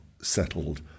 settled